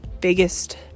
biggest